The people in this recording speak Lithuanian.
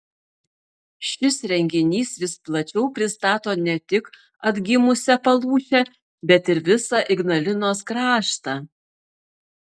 šis renginys vis plačiau pristato ne tik atgimusią palūšę bet ir visą ignalinos kraštą